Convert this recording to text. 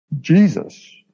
Jesus